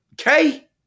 Okay